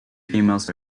females